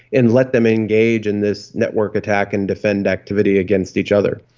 and let them engage in this network attack and defend activity against each other.